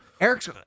Eric's